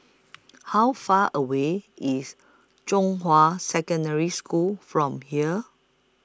How Far away IS Zhonghua Secondary School from here